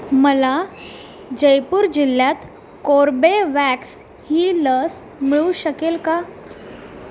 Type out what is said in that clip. मला जयपूर जिल्ह्यात कोर्बेवॅक्स ही लस मिळू शकेल का